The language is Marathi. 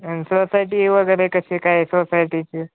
अ सोसायटी वगैरे कशी काय सोसायटीची